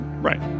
right